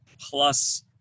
plus